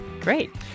Great